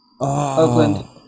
Oakland